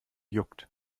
juckt